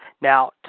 Now